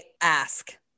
ask